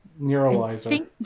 Neuralizer